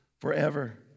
forever